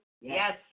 Yes